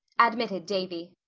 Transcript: admitted davy,